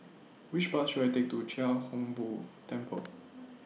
Which Bus should I Take to Chia Hung Boo Temple